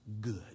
good